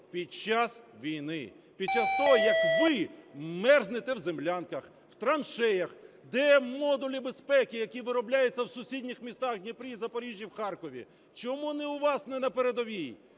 під час війни, під час того, як ви мерзнете в землянках, в траншеях. Де модулі безпеки, які виробляються в сусідніх містах: в Дніпрі, і в Запоріжжі, і в Харкові? Чому не у вас, не на передовій?